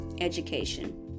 education